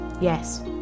Yes